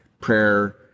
prayer